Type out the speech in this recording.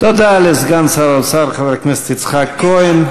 תודה לסגן שר האוצר חבר הכנסת יצחק כהן,